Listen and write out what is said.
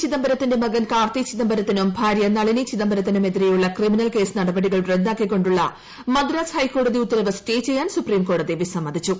ചിദംബരത്തിന്റെ മകൻ കാർത്തി ചിദംബരത്തിനും ഭാര്യ നളിനി ചിദംബരത്തിനും എതിരെയുള്ള ക്രിമിനൽ കേസ് നടപടികൾ റദ്ദാക്കിക്കൊ ുള്ള മദ്രാസ് ഹൈക്കോടതി ഉത്തരവ് സ്റ്റേ ചെയ്യാൻ സുപ്രീം കോടതി വിസമ്മതിച്ചു